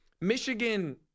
Michigan